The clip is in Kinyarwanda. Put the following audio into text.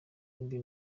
mbi